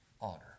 honor